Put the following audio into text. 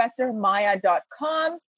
ProfessorMaya.com